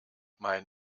mein